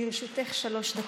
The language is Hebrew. לרשותך שלוש דקות.